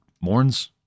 mourns